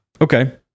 Okay